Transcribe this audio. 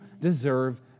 deserve